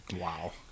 Wow